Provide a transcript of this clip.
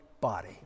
body